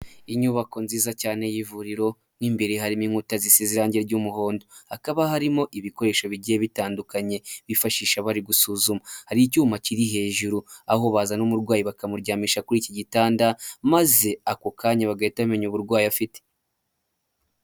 Inyubako nziza cyane y'ivuriro, mo imbere harimo inkuta zisizr irangi ry'umuhondo, hakaba harimo ibikoresho bigiye bitandukanye bifashisha bari gusuzuma, hari icyuma kiri hejuru aho bazana umurwayi bakamuryamisha kuri iki gitanda, maze ako kanya bagahita bamenya uburwayi afite.